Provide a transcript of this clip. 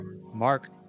Mark